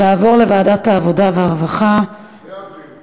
תועברנה לוועדת העבודה והרווחה, והבריאות.